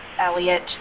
Elliot